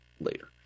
later